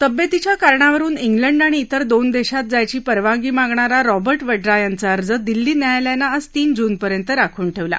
तब्येतीच्या कारणावरुन ख्लिंड आणि तिर दोन देशात जायची परवानगी मागणारा रॉबर्ट वड्रा यांचा अर्ज दिल्ली न्यायालयानं आज तीन जूनपर्यंत राखून ठेवला